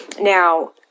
Now